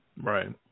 Right